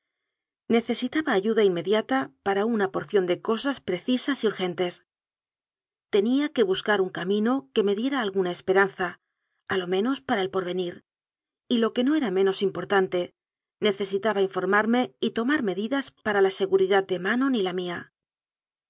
ayuda inmediata para una porción de cosas preci sas y urgentes tenía que buscar un camino que me diera alguna esperanza a lo menos para el porvenir y lo que no era menos importante necesitaba informarme y tcifmar medidas para la seguridad de manon y la mía